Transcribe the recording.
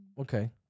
Okay